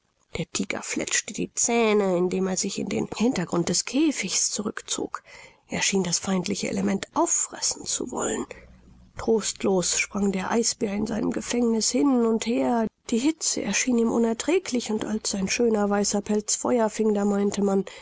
der tiger fletschte die zähne indem er sich in den hintergrund des käfigs zurückzog er schien das feindliche element auffressen zu wollen trostlos sprang der eisbär in seinem gefängniß hin und her die hitze erschien ihm unerträglich und als sein schöner weißer pelz feuer fing da meinte man